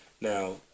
Now